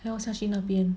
还有下去那边